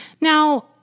Now